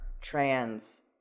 trans